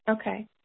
Okay